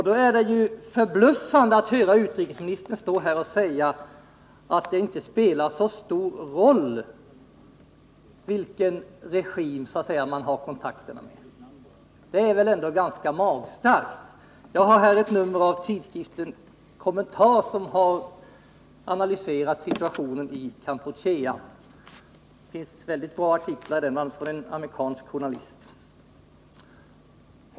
Då är det förbluffande att höra utrikesministern stå här och säga att det inte spelar så stor roll vilken regim man har kontakterna med. Det är väl ändå ganska magstarkt! Jag har här ett nummer av tidskriften Kommentar, som har analyserat situationen i Kampuchea. Det finns väldigt bra artiklar där av en amerikansk journalist.